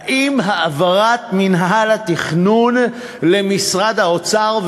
האם העברת מינהל התכנון למשרד האוצר,